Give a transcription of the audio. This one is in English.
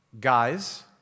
Guys